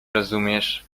rozumiesz